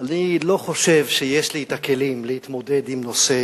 אני לא חושב שיש לי הכלים להתמודד עם נושא